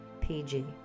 pg